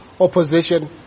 opposition